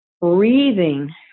Breathing